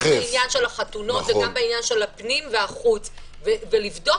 גם בעניין החתונות וגם בעניין הפנים והחוץ ולבדוק